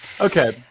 Okay